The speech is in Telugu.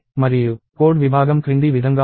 మరియు కోడ్ విభాగం క్రింది విధంగా ఉంది